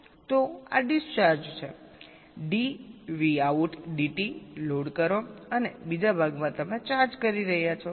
તેથી આ ડિસ્ચાર્જ છે Cload dvout dt લોડ કરો અને બીજા ભાગમાં તમે ચાર્જ કરી રહ્યા છો